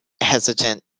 hesitant